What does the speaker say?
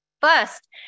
First